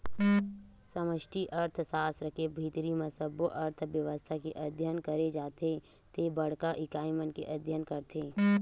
समस्टि अर्थसास्त्र के भीतरी म सब्बो अर्थबेवस्था के अध्ययन करे जाथे ते बड़का इकाई मन के अध्ययन करथे